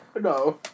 No